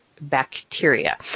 bacteria